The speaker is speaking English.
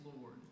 Lord